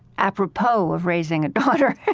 apropos of raising a daughter,